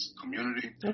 community